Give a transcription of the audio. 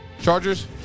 Chargers